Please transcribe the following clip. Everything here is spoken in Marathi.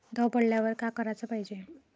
दव पडल्यावर का कराच पायजे?